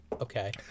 okay